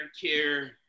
care